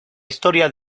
historia